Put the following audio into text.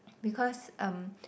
because um